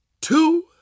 two